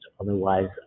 Otherwise